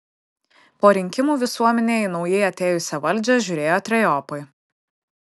po rinkimų visuomenė į naujai atėjusią valdžią žiūrėjo trejopai